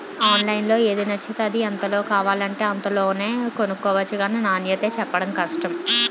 ఆన్లైన్లో ఏది నచ్చితే అది, ఎంతలో కావాలంటే అంతలోనే కొనుక్కొవచ్చు గానీ నాణ్యతే చెప్పడం కష్టం